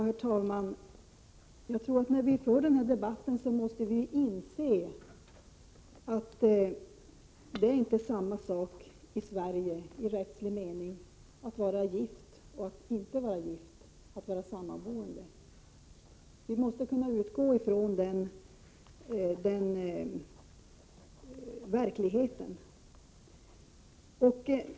Herr talman! När vi debatterar denna fråga måste vi inse att det i Sverige i rättslig mening inte är samma sak att vara gift som att vara sammanboende. Vi måste utgå från verkligheten.